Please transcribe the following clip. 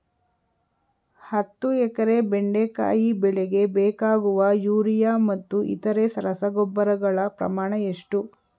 ಹತ್ತು ಎಕರೆ ಬೆಂಡೆಕಾಯಿ ಬೆಳೆಗೆ ಬೇಕಾಗುವ ಯೂರಿಯಾ ಮತ್ತು ಇತರೆ ರಸಗೊಬ್ಬರಗಳ ಪ್ರಮಾಣ ಎಷ್ಟು?